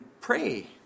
pray